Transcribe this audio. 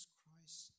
Christ